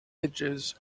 edges